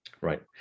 Right